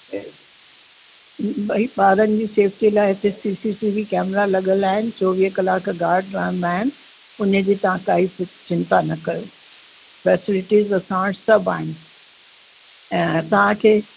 त भई ॿारनि जी सेफ़्टी लाइ हिते C C T V camera लॻल आहिनि चोवीह कलाक गार्ड रहंदा आहिनि हुनजी तव्हां काई चिंता न कयो फ़ेसिलिटीज़ असां वटि सभु आहिनि ऐं तव्हांखे